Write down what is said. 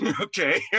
okay